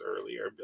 earlier